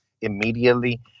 immediately